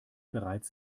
bereits